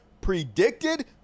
predicted